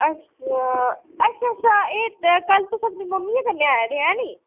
अच्छा अच्छा अच्छा एह् कल्ल तुस अपनियै मम्मी दे कन्नै आए दे हे ऐ निं